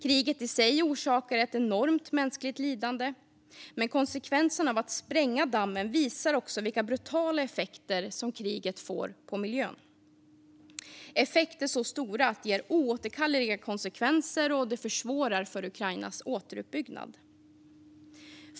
Kriget i sig orsakar ett enormt mänskligt lidande, men konsekvenserna av dammsprängningen visar också vilka brutala effekter kriget får på miljön - effekter så stora att konsekvenserna är oåterkalleliga och Ukrainas återuppbyggnad försvåras.